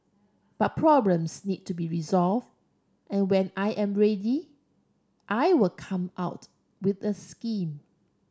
but problems need to be resolve and when I am ready I will come out with the scheme